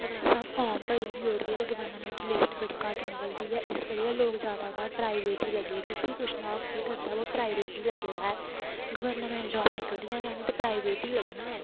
अगर असें फार्म भरी बी ओड़गे ते गवर्नामेंट लिस्ट बड़ी घट्ट निकलदी ऐ इस करियै लोग ज्यादातर प्राइवेट ही लग्गे दे जिसी पुच्छना ओह् केह् करदा ओह् प्राइवेट ही लग्गे दा ऐ गवर्नमेंट जाॅव निकलदी गे नी ते प्राईवेट ही लग्गना